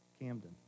Camden